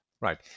Right